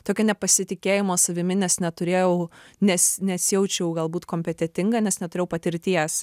tokio nepasitikėjimo savimi nes neturėjau nes nesijaučiau galbūt kompetentinga nes neturėjau patirties